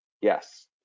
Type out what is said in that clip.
Yes